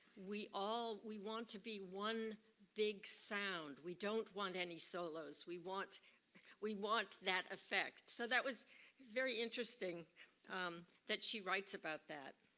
we all, we want to be one big sound, we don't want any solos. we want we want that affect. so that was very interesting that she writes about that.